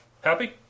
happy